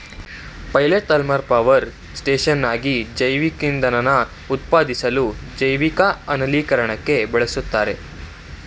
pilot thermal power ಸ್ಟೇಷನ್ಗಾಗಿ ಜೈವಿಕಇಂಧನನ ಉತ್ಪಾದಿಸ್ಲು ಜೈವಿಕ ಅನಿಲೀಕರಣಕ್ಕೆ ಬಳುಸ್ತಾರೆ